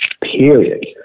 Period